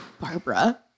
Barbara